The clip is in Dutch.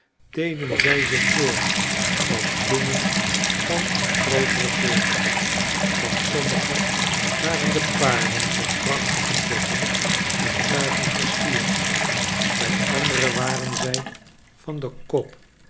deden zij zich voor als bloemen van een grootere soort van sommige waren de paarden met prachtige dekken en tuigen versierd by andere waren zy van den kop